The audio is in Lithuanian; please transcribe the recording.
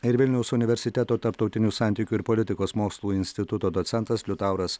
ir vilniaus universiteto tarptautinių santykių ir politikos mokslų instituto docentas liutauras